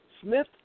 Smith